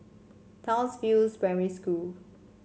Townsville Primary School